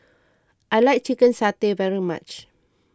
I like Chicken Satay very much